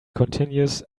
continues